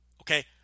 Okay